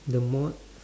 the more